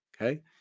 okay